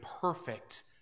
perfect